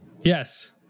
yes